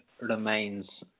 remains